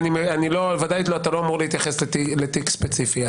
ודאי אתה לא אמור להתייחס לתיק ספציפי,